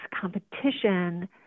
competition